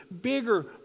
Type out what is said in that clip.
bigger